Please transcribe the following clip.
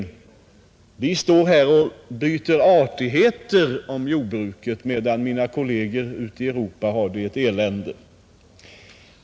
Vi står här och byter artigheter om jordbruket, medan mina kolleger ute i Europa har ett elände.